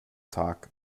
talk